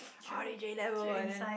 r_d_j level and then